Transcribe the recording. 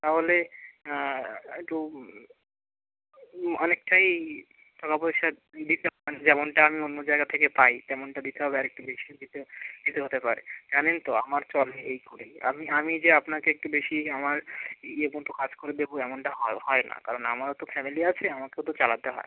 তাহলে একটু অনেকটাই টাকা পয়সা দিতে হবে যেমনটা আমি অন্য জায়গা থেকে পাই তেমনটা দিতে হবে আর একটু বেশি দিতে দিতে হতে পারে জানেন তো আমার চলে এই করেই আমি আমি যে আপনাকে একটু বেশি আমার ইয়ে মতো কাজ করে দেব এমনটা হয় না কারণ আমারও তো ফ্যামিলি আছে আমাকেও তো চালাতে হয়